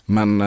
Men